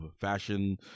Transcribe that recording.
fashion